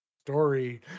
story